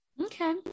Okay